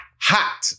Hot